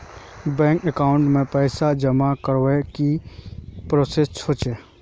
Bank account में पैसा जमा करवार की की प्रोसेस होचे?